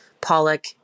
pollock